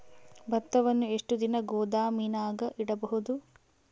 ಭತ್ತವನ್ನು ಎಷ್ಟು ದಿನ ಗೋದಾಮಿನಾಗ ಇಡಬಹುದು?